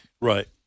Right